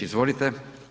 Izvolite.